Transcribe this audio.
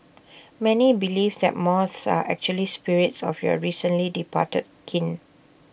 many believe that moths are actually spirits of your recently departed kin